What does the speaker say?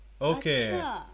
Okay